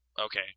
Okay